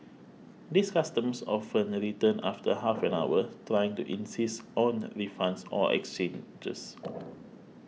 these customers often a return after half an hour trying to insist on refunds or exchanges